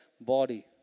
body